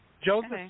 Joseph